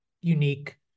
unique